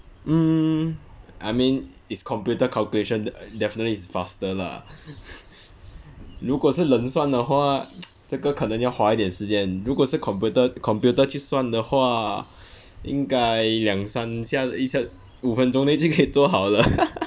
hmm I mean is computer calculation def~ definitely is faster lah 如果是人算的话 这个可能要花一点时间如果是 computer computer 去算的话应该两三下一下五分钟就一定可以做好的